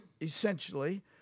essentially